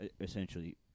essentially